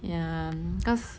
ya cause